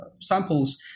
samples